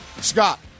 Scott